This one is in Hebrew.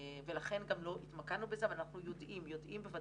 ולכן גם לא התמדנו בזה, אבל אנחנו יודעים בוודאות.